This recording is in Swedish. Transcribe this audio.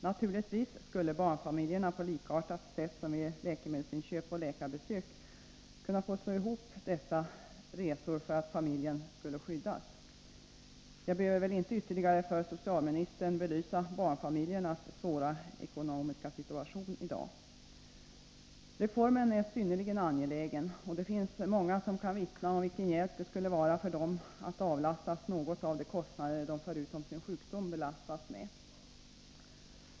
Naturligtvis skulle barnfamiljerna på likartat sätt som vid läkemedelsinköp och läkarbesök få slå ihop dessa resor för att familjen skulle skyddas. Jag behöver väl inte ytterligare för socialministern belysa barnfamiljernas svåra ekonomiska situation i dag. Reformen är synnerligen angelägen, och det finns många som kan vittna om vilken hjälp det skulle vara för dessa människor att avlastas något av de kostnader de förutom sin sjukdom belastas med.